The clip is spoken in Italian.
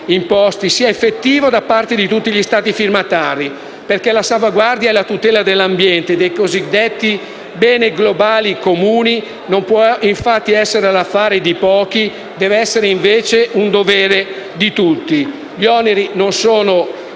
sia effettivo da parte di tutti gli Stati firmatari, perché la salvaguardia e la tutela dell'ambiente e dei cosiddetti beni globali comuni non può essere l'affare di pochi: deve essere un dovere di tutti. Gli oneri non sono